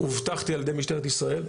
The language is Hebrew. אובטחתי על ידי משטרת ישראל,